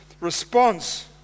response